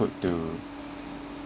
good to